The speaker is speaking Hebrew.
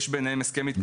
יש ביניהם הסכם התקשרות.